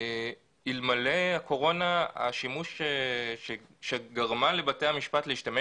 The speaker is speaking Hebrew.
אלמלא הקורונה שגרמה לבתי המשפט להשתמש